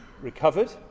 recovered